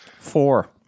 Four